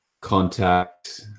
contact